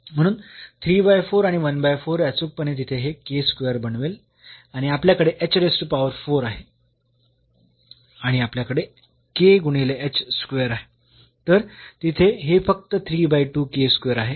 म्हणून आणि हे अचूकपणे तिथे हे बनवेल आणि आपल्याकडे आहे आणि आपल्याकडे k गुणिले h स्क्वेअर आहे